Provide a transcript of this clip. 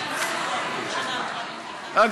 אם עשית את כל זה,